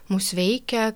mus veikia